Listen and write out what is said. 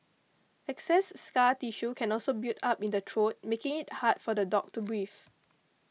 excess scar tissue can also build up in the true making it hard for the dog to breathe